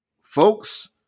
folks –